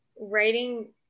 writing